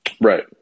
Right